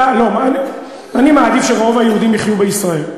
אני מעדיף שרוב היהודים יחיו בישראל.